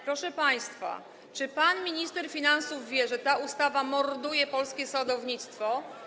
Proszę państwa, czy pan minister finansów wie, że ta ustawa morduje polskie sadownictwo?